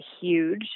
huge